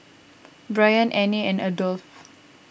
Brion Anne and Adolph